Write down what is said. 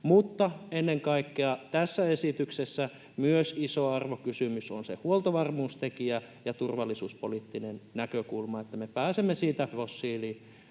Mutta ennen kaikkea tässä esityksessä myös iso arvokysymys on se huoltovarmuustekijä ja turvallisuuspoliittinen näkökulma, että me pääsemme siitä fossiilisesta